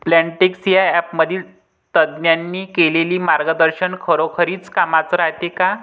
Plantix या ॲपमधील तज्ज्ञांनी केलेली मार्गदर्शन खरोखरीच कामाचं रायते का?